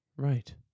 right